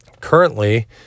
currently